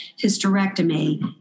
hysterectomy